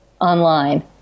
online